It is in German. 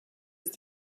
ist